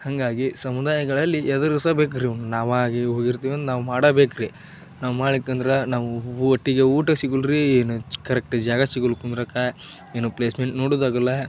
ಹಾಗಾಗಿ ಸಮುದಾಯಗಳಲ್ಲಿ ಎದುರಿಸಬೇಕು ರೀ ಇವ್ನ ನಾವಾಗಿ ಹೋಗಿರ್ತೀವಂದ್ ನಾವು ಮಾಡಬೇಕು ರೀ ನಾವು ಮಾಡಿಕ್ಕಂದ್ರ ನಾವು ಒಟ್ಟಿಗೆ ಊಟ ಸಿಗಲ್ಲ ರೀ ಏನೂ ಚ್ ಕರೆಕ್ಟಾಗಿ ಜಾಗ ಸಿಗಲ್ಲ ಕುಂದ್ರಾಕಾ ಏನು ಪ್ಲೇಸ್ಮೆಂಟ್ ನೋಡೋದಾಗಲ್ಲ